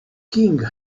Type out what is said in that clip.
king